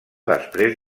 després